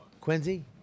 Quincy